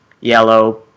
yellow